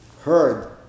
heard